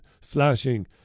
slashing